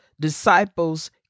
disciples